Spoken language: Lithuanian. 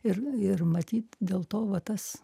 ir ir matyt dėl to va tas